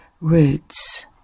Roots